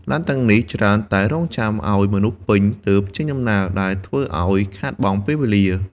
ឡានទាំងនេះច្រើនតែរង់ចាំឱ្យមនុស្សពេញទើបចេញដំណើរដែលធ្វើឱ្យខាតបង់ពេលវេលា។